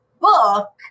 book